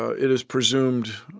it is presumed,